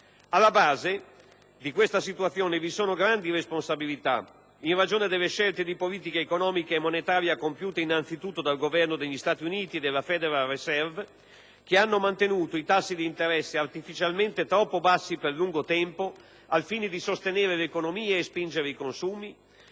Alla base di questa situazione vi sono grandi responsabilità, in ragione delle scelte di politica economica e monetaria compiute innanzitutto dal Governo degli Stati Uniti e dalla Federal Reserve, che hanno mantenuto i tassi di interesse artificialmente troppo bassi per lungo tempo, al fine di sostenere l'economia e spingere i consumi,